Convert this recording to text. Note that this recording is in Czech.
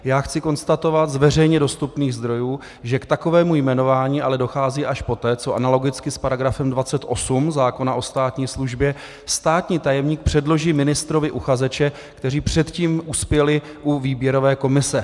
Já chci konstatovat z veřejně dostupných zdrojů, že k takovému jmenování ale dochází až poté, co analogicky s § 28 zákona o státní službě státní tajemník předloží ministrovi uchazeče, kteří předtím uspěli u výběrové komise.